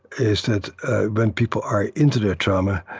is that when people are into their trauma,